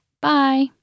Bye